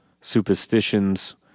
Superstition's